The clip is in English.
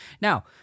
Now